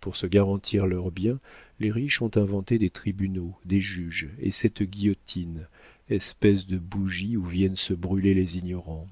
pour se garantir leurs biens les riches ont inventé des tribunaux des juges et cette guillotine espèce de bougie où viennent se brûler les ignorants